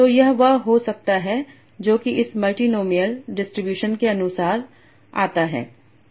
तो यह वह हो सकता है जो इस मल्टीनोमिअल डिस्ट्रीब्यूशन के अनुसार आता है